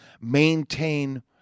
maintain